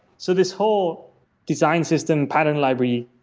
so this whole design system, pattern library,